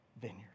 vineyard